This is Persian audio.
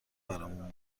برامون